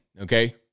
okay